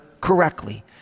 correctly